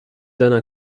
donnent